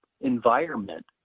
environment